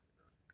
ya